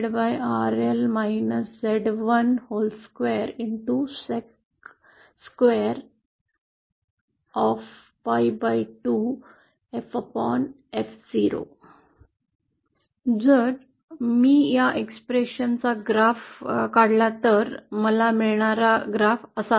जर मी या अभिव्यक्तीचा नकाशा रचला तर् मला मिळणारा आलेख असा आहे